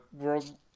world